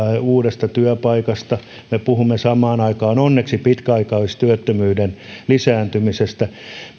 uudesta työpaikasta me puhumme samaan aikaan onneksi myös pitkäaikaistyöttömyyden lisääntymisestä